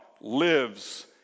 lives